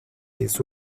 les